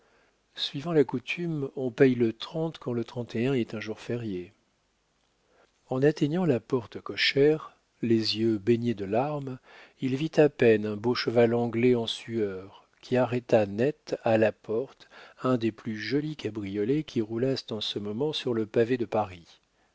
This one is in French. suivant la coutume on paie le trente quand le trente et un est un jour férié en atteignant la porte cochère les yeux baignés de larmes il vit à peine un beau cheval anglais en sueur qui arrêta net à la porte un des plus jolis cabriolets qui roulassent en ce moment sur le pavé de paris